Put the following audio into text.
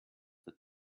the